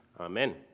amen